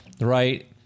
Right